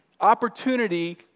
opportunity